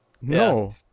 no